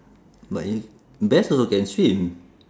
but if bears also can swim